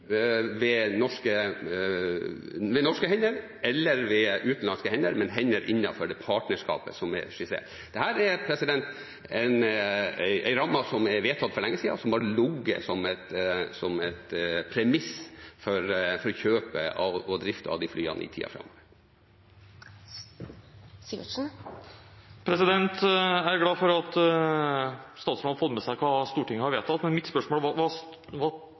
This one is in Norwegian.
ved norske hender eller ved utenlandske hender, men hender innenfor det partnerskapet som er skissert. Dette er en ramme som er vedtatt for lenge siden, som har ligget som et premiss for kjøpet og driften av disse flyene i tida framover. Jeg er glad for at statsråden har fått med seg hva Stortinget har vedtatt, men mitt spørsmål var